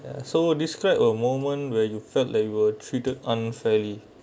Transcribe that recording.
ya so describe a moment where you felt like you were treated unfairly